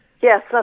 Yes